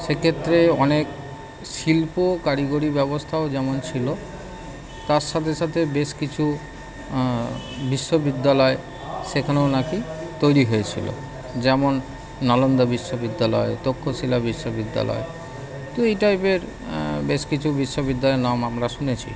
সেক্ষেত্রে অনেক শিল্প কারিগরি ব্যবস্থাও যেমন ছিলো তার সাথে সাথে বেশ কিছু বিশ্ববিদ্যালয় সেখানেও নাকি তৈরি হয়েছিলো যেমন নালন্দা বিশ্ববিদ্যালয় তক্ষশীলা বিশ্ববিদ্যালয় তো এই টাইপের বেশ কিছু বিশ্ববিদ্যালয়ের নাম আমরা শুনেছি